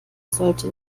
sollte